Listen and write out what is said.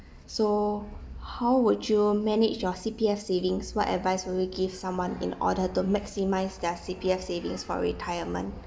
so ho wwould you manage your C_P_F savings what advice will you give someone in order to maximise their C_P_F savings for retirement